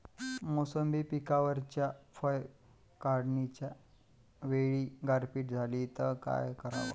मोसंबी पिकावरच्या फळं काढनीच्या वेळी गारपीट झाली त काय कराव?